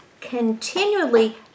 continually